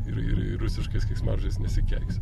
ir ir ir rusiškais keiksmažodžiais nesikeisiu